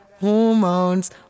hormones